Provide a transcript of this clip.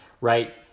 right